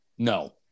No